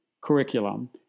curriculum